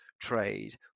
trade